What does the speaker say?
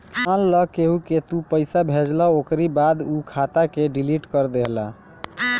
मान लअ केहू के तू पईसा भेजला ओकरी बाद उ खाता के डिलीट कर देहला